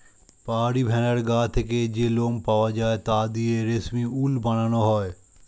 পাহাড়ি ভেড়ার গা থেকে যে লোম পাওয়া যায় তা দিয়ে রেশমি উল বানানো হয়